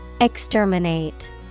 Exterminate